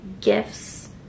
gifts